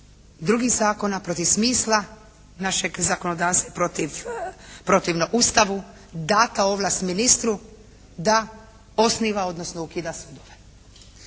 drugih zakona, protiv smisla našeg zakonodavstva i protivno Ustavu dana ovlast ministru da osniva odnosno ukida sudove.